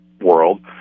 world